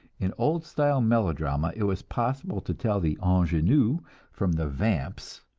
in old-style melodrama it was possible to tell the ingenue from the vamps